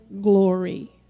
glory